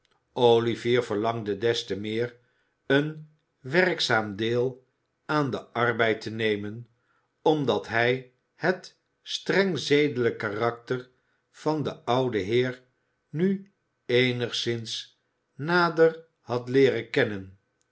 olivier verlangde des te meer een werkzaam deel aan den arbeid te nemen omdat hij het streng zedelijk karakter van den ouden heer nu eenigszins nader had ieeren kennen